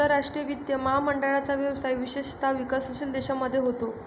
आंतरराष्ट्रीय वित्त महामंडळाचा व्यवसाय विशेषतः विकसनशील देशांमध्ये होतो